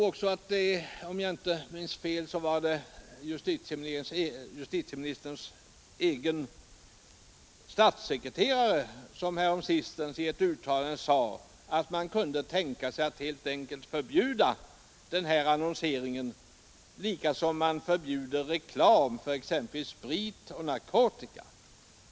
Om jag inte minns fel var det justitieministerns egen statssekreterare som häromsistens i ett uttalande sade att man kunde tänka sig att helt enkelt förbjuda den här annonseringen liksom man förbjuder reklam för exempelvis sprit och narkotika.